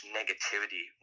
negativity